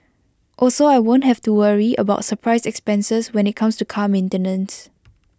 also I won't have to worry about surprise expenses when IT comes to car maintenance